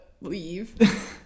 leave